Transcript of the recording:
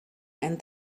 and